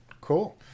Cool